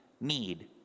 need